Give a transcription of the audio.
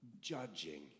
Judging